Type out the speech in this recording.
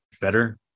better